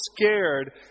scared